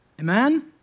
Amen